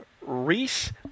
Reese